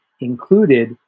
included